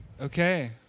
Okay